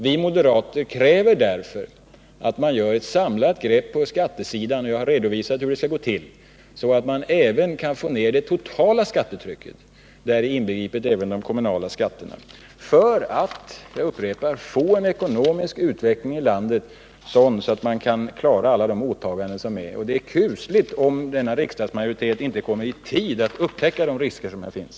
Vi moderater kräver därför att man tar ett samlat grepp på skattesidan — jag har redovisat hur det skall gå till — så att man även får ner det totala skattetrycket, och däri inbegrips de kommunala skatterna, för att få en sådan ekonomisk utveckling i landet att man kan klara alla åtaganden. Det är kusligt om denna riksdagsmajoritet inte kommer i tid för att upptäcka de risker som finns.